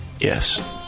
Yes